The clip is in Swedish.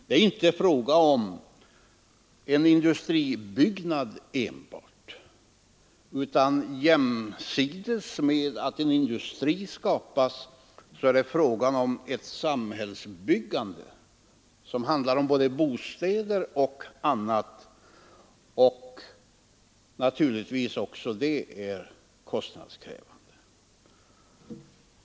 Det är inte enbart fråga om uppförandet av en industribyggnad, för jämsides med att en industri skapas sker ett samhällsbyggande innefattande bostäder och annat, vilket också det är kostnadskrävande.